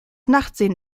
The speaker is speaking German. nachtsehen